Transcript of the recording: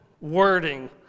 wording